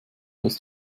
dass